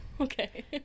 okay